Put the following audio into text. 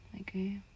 Okay